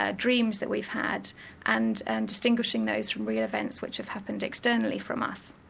ah dreams that we've had and and distinguishing those from real events which have happened externally from us.